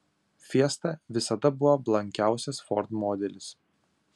fiesta visada buvo blankiausias ford modelis